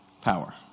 power